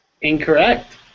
Incorrect